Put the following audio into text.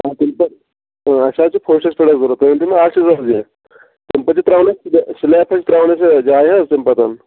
آ تَمہِ پَتہٕ آ اَسہِ حظ چھِ فٔسٹَس پیٹھٕے ضروٗرت تُہۍ ؤنۍتَو مےٚ اکھ چیٖز یہِ حظ یہِ تَمہِ پَتہٕ تہِ ترٛاوونا أسۍ سِلیٚپ ترٛاوو أسۍ جایہِ حظ تَمہِ پَتہٕ